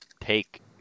take